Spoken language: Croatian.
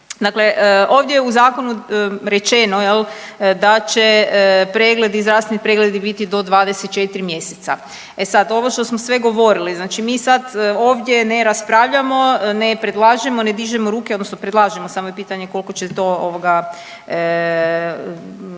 Dakle, ovdje je u zakonu rečeno da će pregledi, zdravstveni pregledi biti do 24 mjeseca. E sad, ovo što smo sve govorili, znači mi sad ovdje ne raspravljamo, ne predlažemo, ne dižemo ruke odnosno predlažemo samo je pitanje koliko će to